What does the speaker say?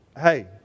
Hey